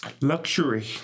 luxury